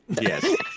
yes